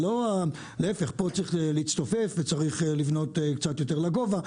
להפך, פה צריך להצטופף ולבנות קצת יותר לגובה.